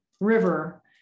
river